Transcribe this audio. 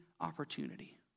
opportunity